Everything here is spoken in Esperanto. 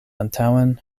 antaŭen